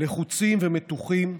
לחוצים ומתוחים.